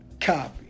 Copy